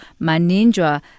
Manindra